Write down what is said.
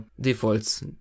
defaults